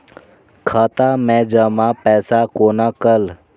खाता मैं जमा पैसा कोना कल